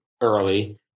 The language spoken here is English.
early